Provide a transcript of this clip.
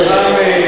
בסדר.